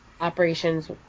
operations